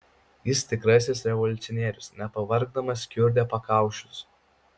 jis tikrasis revoliucionierius nepavargdamas kiurdė pakaušius